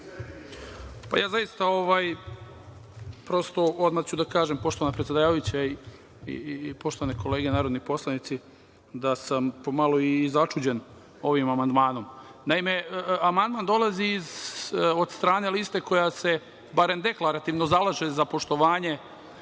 Zaista, odmah ću da kažem, poštovana predsedavajuća i poštovane kolege narodni poslanici, da sam pomalo i začuđen ovim amandmanom. Naime, amandman dolazi od strane liste, barem deklarativno zalaže za poštovanje,